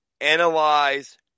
analyze